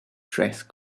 dress